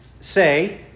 say